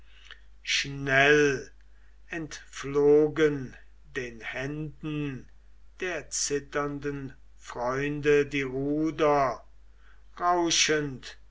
schnell entflogen den händen der zitternden freunde die ruder